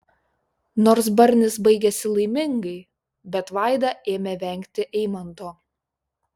nors barnis baigėsi laimingai bet vaida ėmė vengti eimanto